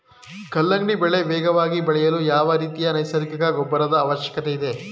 ಕಲ್ಲಂಗಡಿ ಬೆಳೆ ವೇಗವಾಗಿ ಬೆಳೆಯಲು ಯಾವ ರೀತಿಯ ನೈಸರ್ಗಿಕ ಗೊಬ್ಬರದ ಅವಶ್ಯಕತೆ ಇದೆ?